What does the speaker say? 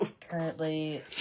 currently